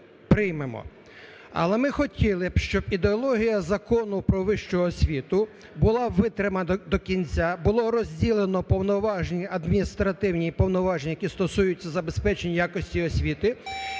Але ми хотіли б, щоб ідеологія Закону "Про вищу освіту" була витримана до кінця: були розділені повноваження адміністративні і повноваження, які стосуються забезпечення якості освіти. І